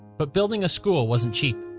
but building a school wasn't cheap.